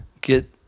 get